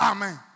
Amen